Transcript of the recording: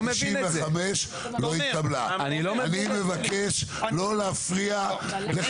מה, אין לך מה לומר?